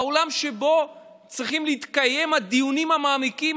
באולם שבו צריכים להתקיים הדיונים המעמיקים,